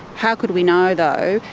how could we know though,